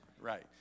Right